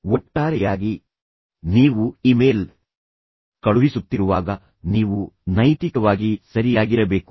ಒಟ್ಟಾರೆಯಾಗಿ ನೀವು ಇಮೇಲ್ ಕಳುಹಿಸುತ್ತಿರುವಾಗ ನೀವು ನೈತಿಕವಾಗಿ ಸರಿಯಾಗಿರಬೇಕು